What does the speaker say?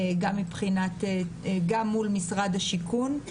גם מול משרד השיכון,